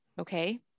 Okay